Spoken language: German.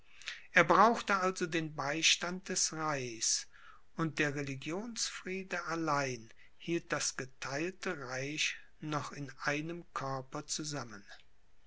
er brauchte also den beistand des reichs und der religionsfriede allein hielt das getheilte reich noch in einem körper zusammen